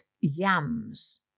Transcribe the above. yams